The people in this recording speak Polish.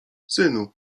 synu